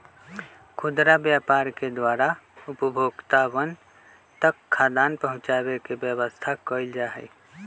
खुदरा व्यापार के द्वारा उपभोक्तावन तक खाद्यान्न पहुंचावे के व्यवस्था कइल जाहई